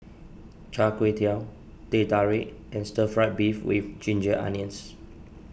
Char Kway Teow Teh Tarik and Stir Fried Beef with Ginger Onions